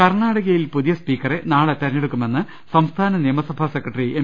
കർണാടകയിൽ പുതിയ സ്പീക്കറെ നാളെ തെരഞ്ഞെടുക്കുമെന്ന് സംസ്ഥാന നിയമസഭാ സെക്രട്ടറി എം